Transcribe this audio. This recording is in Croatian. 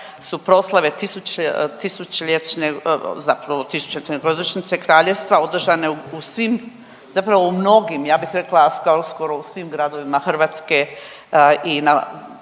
zapravo tisućljetne godišnje kraljevstva održane u svim, zapravo u mnogim ja bih rekla skoro u svim gradovima Hrvatske i na